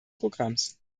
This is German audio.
programms